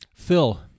Phil